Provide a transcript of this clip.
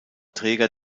träger